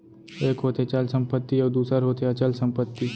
एक होथे चल संपत्ति अउ दूसर होथे अचल संपत्ति